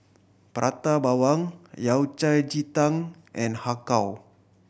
Prata Bawang Yao Cai ji tang and Har Kow